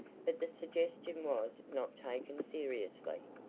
but the suggestion was not taken seriously.